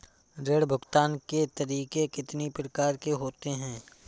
ऋण भुगतान के तरीके कितनी प्रकार के होते हैं?